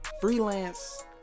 freelance